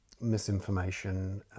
misinformation